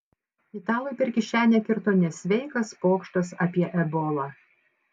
italui per kišenę kirto nesveikas pokštas apie ebolą